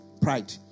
pride